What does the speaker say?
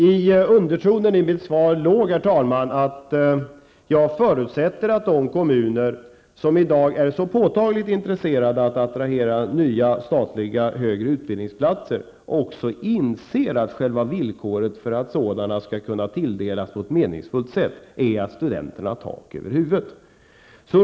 I undertonen i mitt svar ligger att jag förutsätter att de kommuner som i dag är så påtagligt intresserade av att attrahera nya statliga högre utbildningsplatser också inser att själva villkoret för att sådana skall kunna tilldelas på ett meningsfullt sätt är att studenterna har tak över huvudet.